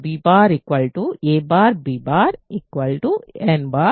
b a b n 0